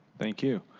thank you.